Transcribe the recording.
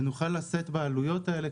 ונוכל לשאת בעלויות האלה,